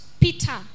Peter